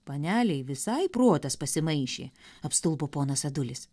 panelei visai protas pasimaišė apstulbo ponas adulis